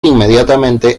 inmediatamente